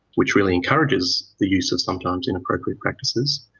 which really encourages the use of sometimes inappropriate practices,